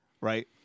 right